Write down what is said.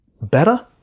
better